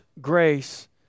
grace